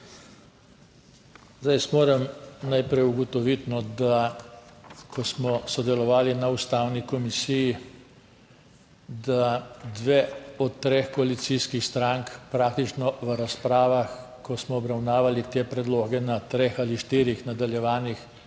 Zdaj, jaz moram najprej ugotoviti, da ko smo sodelovali na Ustavni komisiji, da dve od treh koalicijskih strank praktično v razpravah, ko smo obravnavali te predloge na treh ali štirih nadaljevanjih